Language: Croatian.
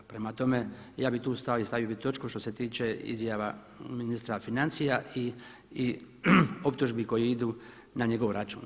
Prema tome, ja bih tu stao i stavio bih točku što se tiče izjava ministra financija i optužbi koje idu na njegov račun.